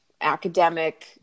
academic